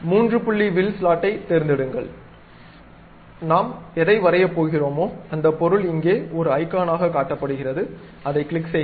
மூன்று புள்ளி வில் ஸ்லாட்டைத் தேர்ந்தெடுங்கள் நாம் எதை வரையப் போகிறோமோ அந்த பொருள் இங்கே ஒரு ஐகானாகக் காட்டப்படுகிறது அதைக் கிளிக் செய்க